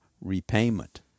repayment